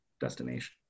destination